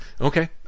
Okay